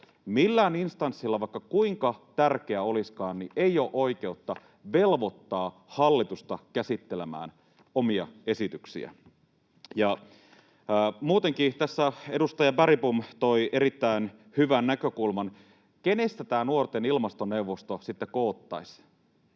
Millään instanssilla, vaikka kuinka tärkeä olisikin, ei ole oikeutta velvoittaa hallitusta käsittelemään omia esityksiään. Tässä edustaja Bergbom toi erittäin hyvän näkökulman: keistä tämä nuorten ilmastoneuvosto sitten koottaisiin?